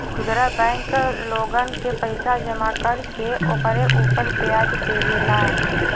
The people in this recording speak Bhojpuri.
खुदरा बैंक लोगन के पईसा जमा कर के ओकरे उपर व्याज देवेला